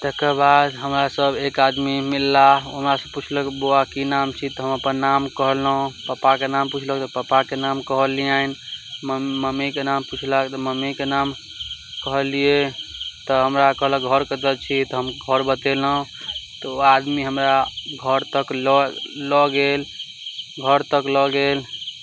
तकर बाद हमरा सब एक आदमी मिललाह हमरा सब पुछलक बौआ की नाम छी तऽ हम अपन नाम कहलहुॅं पप्पाके नाम पुछलक तऽ पप्पाके नाम कहलियनि मम्मीके नाम पुछलक तऽ मम्मीके नाम कहलियै तऽ हमरा कहलक घर कतौ छी तऽ हम घर बतेलहुॅं तऽ ओ आदमी हमरा घर तक लऽ लऽ गेल घर तक लऽ गेल